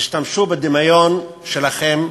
ותשתמשו בדמיון שלכם,